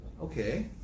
Okay